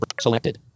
selected